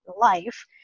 life